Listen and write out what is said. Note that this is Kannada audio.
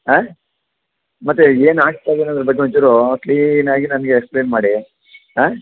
ಹಾಂ ಮತ್ತೆ ಏನು ಆಗ್ತಾಯಿದೆ ಅನ್ನೊದ್ರ ಬಗ್ಗೆ ಒಂಚೂರು ಕ್ವೀನಾಗಿ ನನಗೆ ಎಕ್ಸ್ಪ್ಲೈನ್ ಮಾಡಿ ಹಾಂ